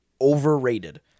overrated